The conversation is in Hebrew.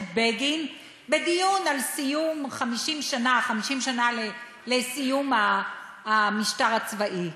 בגין בדיון על 50 שנה לסיום המשטר הצבאי.